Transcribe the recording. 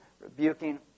rebuking